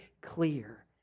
clear